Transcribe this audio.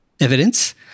evidence